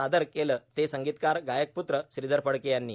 सादर केले ते संगीतकार गायक प्रत्र श्रीधर फडके यांनी